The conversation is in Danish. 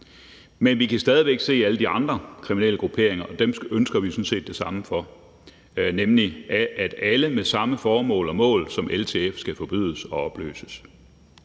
Men vi kan stadig væk se alle de andre kriminelle grupperinger, og dem ønsker vi sådan set det samme for, nemlig at alle grupperinger med samme formål og mål som LTF skal forbydes og opløses.